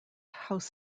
house